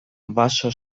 baso